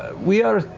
we are.